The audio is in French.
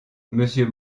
monsieur